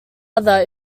other